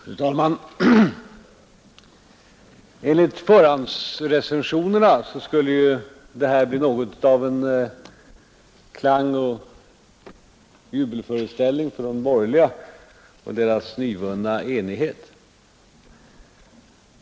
Fru talman! Enligt förhandsrecensionerna skulle det här bli något av en klangoch jubelföreställning för de borgerliga och deras nyvunna enighet.